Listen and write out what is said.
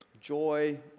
joy